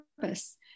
purpose